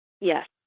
Yes